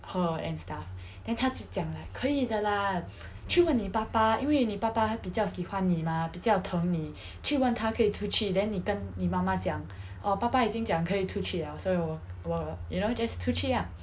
her and stuff then 她就讲 like 可以的 lah 去问妳爸爸因为你爸爸比较喜欢你 mah 比较疼妳去问他可以出去 then 妳跟妳妈妈讲 orh 爸爸已经讲可以出去 liao 所以我我 you know just 出去 ah